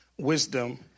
wisdom